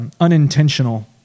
unintentional